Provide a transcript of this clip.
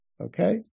okay